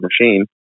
machine